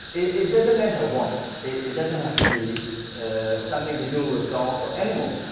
it doesn't matter what it doesn't have to be ah something to do with dogs or so animals,